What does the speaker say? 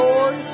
Lord